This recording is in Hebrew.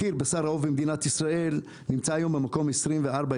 מחיר בשר העוף במדינת ישראל נמצא היום במקום ה-24-27.